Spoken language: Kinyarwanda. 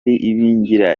ibingira